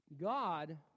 God